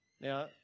Now